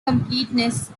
completeness